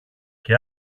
και